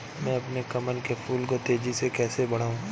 मैं अपने कमल के फूल को तेजी से कैसे बढाऊं?